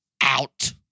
out